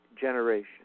generation